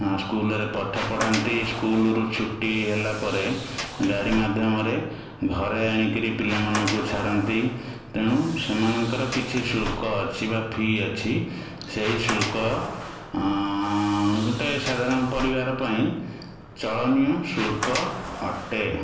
ହଁ ସ୍କୁଲ୍ ରେ ପାଠପଢା଼ନ୍ତି ସ୍କୁଲ୍ ରୁ ଛୁଟି ହେଲାପରେ ଗାଡ଼ି ମାଧ୍ୟମରେ ଘରେ ଆଣିକିରି ପିଲାମାନଙ୍କୁ ଛାଡ଼ନ୍ତି ତେଣୁ ସେମାନଙ୍କର କିଛି ଶୁଳ୍କ ଅଛି ବା ଫି ଅଛି ସେହି ଶୁଳ୍କ ଗୁଟେ ସାଧାରଣ ପରିବାର ପାଇଁ ଚଳନୀୟ ଶୁଳ୍କ ଅଟେ